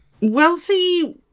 Wealthy-